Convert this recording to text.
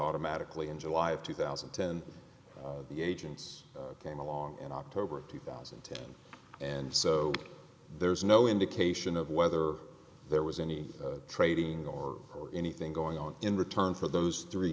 automatically in july of two thousand and ten the agents came along in october of two thousand and ten and so there's no indication of whether there was any trading or anything going on in return for those three